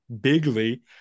bigly